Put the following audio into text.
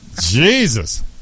jesus